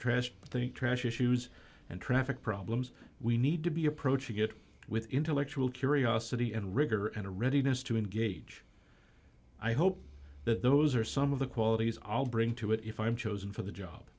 trash think trash issues and traffic problems we need to be approaching it with intellectual curiosity and rigor and a readiness to engage i hope that those are some of the qualities i'll bring to it if i'm chosen for the job